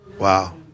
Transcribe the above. Wow